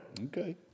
Okay